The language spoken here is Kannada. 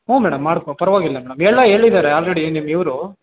ಹ್ಞೂ ಮೇಡಮ್ ಮಾಡ್ಕೋ ಪರವಾಗಿಲ್ಲ ಮೇಡಮ್ ಎಲ್ಲ ಹೇಳಿದ್ದಾರೆ ಆಲ್ರೆಡಿ ನಿಮ್ಮ ಇವರು